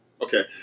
Okay